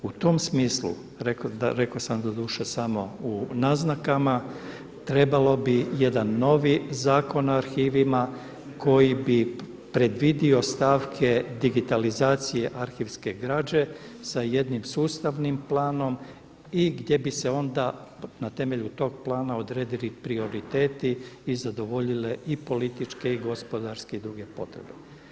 U tom smislu rekao sam doduše samo u naznakama trebalo bi jedan novi Zakon o arhivima koji bi predvidio stavke digitalizacije arhivske građe sa jednim sustavnim planom i gdje bi se onda na temelju tog plana odredili prioriteti i zadovoljile i političke i gospodarske i druge potrebe.